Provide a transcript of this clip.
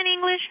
English